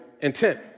intent